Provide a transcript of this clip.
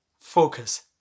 focus